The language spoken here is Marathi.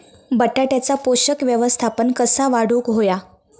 बटाट्याचा पोषक व्यवस्थापन कसा वाढवुक होया?